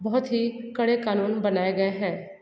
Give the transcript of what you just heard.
बहुत ही कड़े कानून बनाए गए हैं